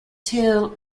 tail